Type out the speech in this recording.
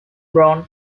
brown